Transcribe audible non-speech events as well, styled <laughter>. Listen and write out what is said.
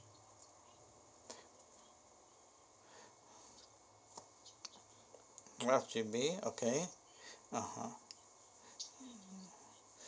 twelve G_B okay <breath> ah ha